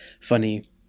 funny